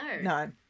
No